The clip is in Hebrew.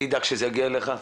אני אדאג שזה יגיע אליך.